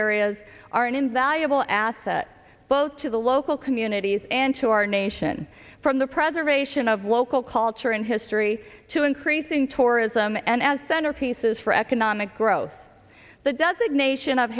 areas are an invaluable asset both to the local communities and to our nation from the preservation of local culture and history to increasing tourism and as center pieces for economic growth that does ignatius of